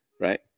Right